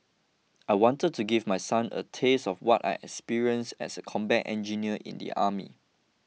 I wanted to give my son a taste of what I experienced as a combat engineer in the army